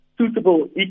suitable